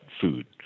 food